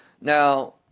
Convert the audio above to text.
Now